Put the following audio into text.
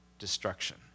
destruction